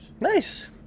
Nice